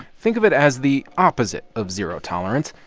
think of it as the opposite of zero tolerance.